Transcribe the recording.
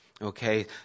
Okay